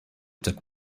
took